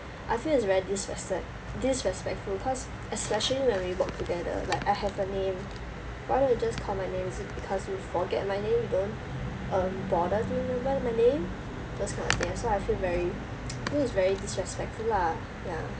I feel it's very disrespect disrespectful cause especially when we work together like I have a name why don't you just call my name is it because you forget my name you don't um bother to remember my name those kind of thing so I feel very this is very disrespectful lah ya